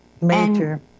Major